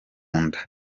nda